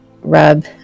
rub